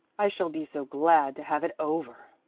i shall be so glad to have it over,